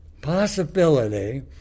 possibility